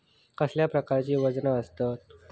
कसल्या प्रकारची वजना आसतत?